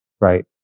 right